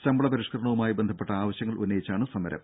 ശമ്പള പരിഷ്കരണവുമായി ബന്ധപ്പെട്ട ആവശ്യങ്ങൾ ഉന്നയിച്ചാണ് സമരം